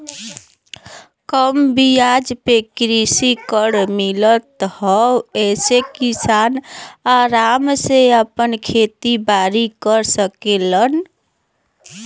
कम बियाज पे कृषि ऋण मिलत हौ जेसे किसान आराम से आपन खेती बारी कर सकेलन